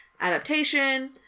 adaptation